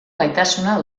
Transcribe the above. gaitasuna